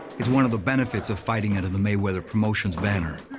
it's one of the benefits of fighting under the mayweather promotions banner.